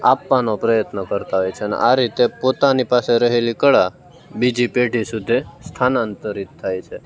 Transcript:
આપવાનો પ્રયત્ન કરતા હોય છે અને આ રીતે પોતાની પાસે રહેલી કળા બીજી પેઢી સુધી સ્થાનાંતરિત થાય છે